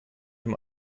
dem